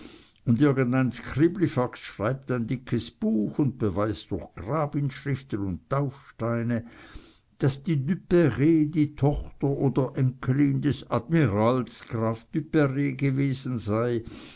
und irgendein skriblifax schreibt ein dickes buch und beweist durch grabschriften und taufscheine daß die duperr die tochter oder enkelin des admirals graf duperr gewesen sei